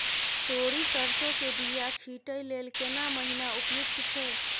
तोरी, सरसो के बीया छींटै लेल केना महीना उपयुक्त छै?